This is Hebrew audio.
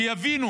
שיבינו